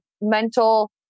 mental